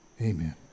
Amen